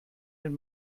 den